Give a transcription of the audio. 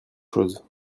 chose